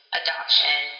adoption